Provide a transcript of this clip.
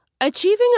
Achieving